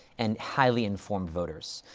and highly informed voters.